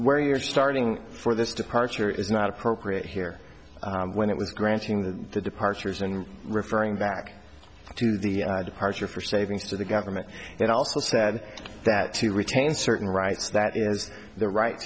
where you are starting for this departure is not appropriate here when it was granting the departures and referring back to the departure for savings to the government it also said that to retain certain rights that is the right